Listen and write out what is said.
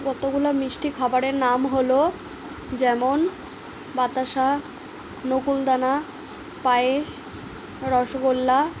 কতোগুলো মিষ্টি খাবারের নাম হলো যেমন বাতাসা নকুলদানা পায়েস রসগোল্লা